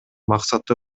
максаты